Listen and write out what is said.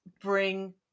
bring